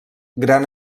gran